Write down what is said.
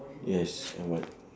yes and white